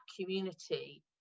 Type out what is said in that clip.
community